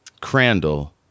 Crandall